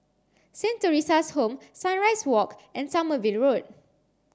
Saint Theresa's Home Sunrise Walk and Sommerville Road